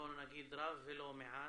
לא נגיד רב ולא מעט,